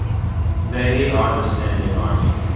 they are the standing army,